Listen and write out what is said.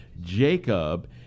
Jacob